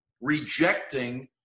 rejecting